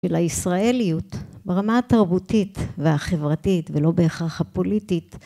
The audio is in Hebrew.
ולישראליות ברמה התרבותית והחברתית ולא בהכרח הפוליטית